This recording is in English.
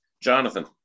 Jonathan